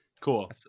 Cool